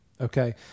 Okay